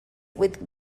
with